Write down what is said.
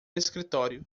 escritório